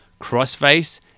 Crossface